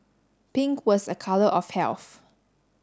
pink was a colour of health